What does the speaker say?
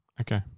Okay